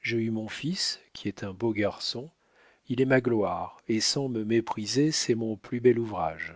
j'ai eu mon fils qui est un beau garçon il est ma gloire et sans me mépriser c'est mon plus bel ouvrage